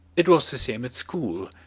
it was the same at school,